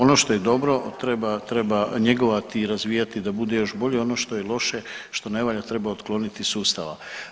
Ono što je dobro treba, treba njegovati i razvijati da bude još bolje, ono što je loše što ne valja treba otkloniti iz sustava.